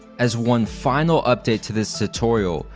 as one final update to this tutorial,